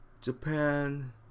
Japan